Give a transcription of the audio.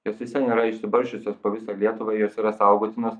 jos vis vien yra išsibarsčiusios po visą lietuvą jos yra saugotinos